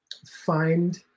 find